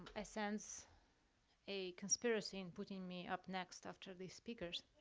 i sense a conspiracy in putting me up next after these speakers